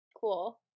Cool